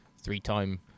three-time